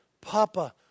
Papa